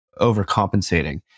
overcompensating